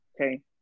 okay